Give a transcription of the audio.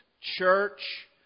Church